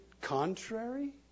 contrary